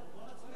של 23 תומכים,